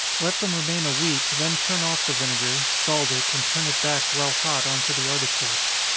let them remain a week, then turn off the vinegar, scald it, and turn it back while hot on to the artichokes.